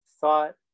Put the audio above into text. thought